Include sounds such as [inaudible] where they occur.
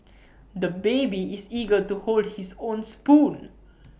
[noise] the baby is eager to hold his own spoon